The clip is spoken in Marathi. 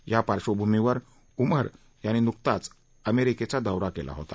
या पार्श्वभूमीवर उमर यांनी नुकताच अमेरिकाचा दौरा केला होता